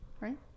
Right